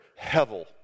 hevel